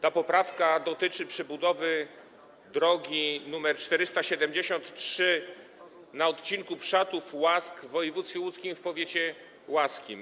Ta poprawka dotyczy przebudowy drogi nr 473 na odcinku Przatów - Łask w województwie łódzkim, w powiecie łaskim.